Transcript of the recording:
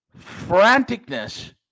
franticness